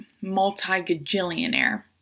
multi-gajillionaire